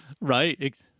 right